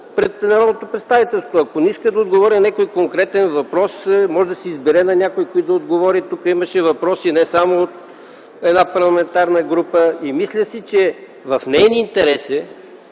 пред народното представителство. Ако не иска да отговори на някой конкретен въпрос, може да си избере някой, на който да отговори. Тук имаше въпроси не само от една парламентарна група. Мисля си, че е в неин интерес